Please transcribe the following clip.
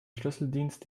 schlüsseldienst